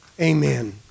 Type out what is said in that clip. Amen